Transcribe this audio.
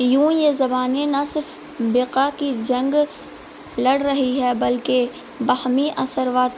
یوں یہ زبانیں نہ صرف بقا کی جنگ لڑ رہی ہے بلکہ باہمی اثرات